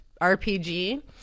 rpg